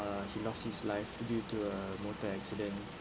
uh he lost his life due to a motor accident